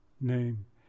name